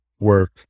work